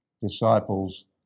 disciples